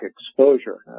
exposure